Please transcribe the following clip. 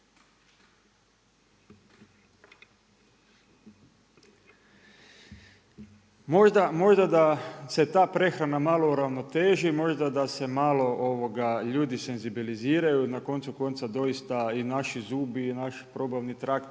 Možda da se ta prehrana malo uravnoteži, možda da se malo ljudi senzibiliziraju, na koncu konca doista i naši zubi i naš probavni trakt